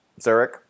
Zurich